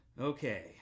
Okay